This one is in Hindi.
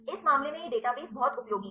इस मामले में यह डेटाबेस बहुत उपयोगी है